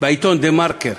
בעיתון "דה-מרקר".